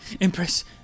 Empress